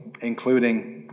including